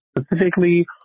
specifically